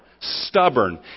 stubborn